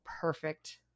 perfect